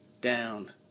down